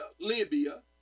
Libya